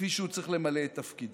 כפי שהוא צריך למלא את תפקידו.